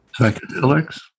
Psychedelics